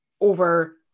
over